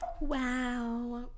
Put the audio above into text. Wow